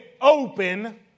open